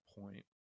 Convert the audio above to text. point